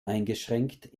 eingeschränkt